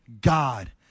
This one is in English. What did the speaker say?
God